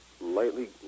lightly